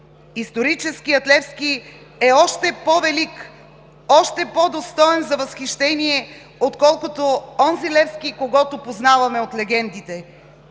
историческият Левски е още по-велик, още по-достоен за възхищение, отколкото онзи Левски, който познаваме от легендите.